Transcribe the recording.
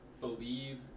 believe